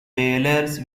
whalers